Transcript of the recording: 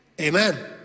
amen